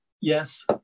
Yes